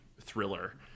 thriller